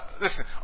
Listen